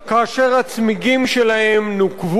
הצמיגים שלהם נוקבו,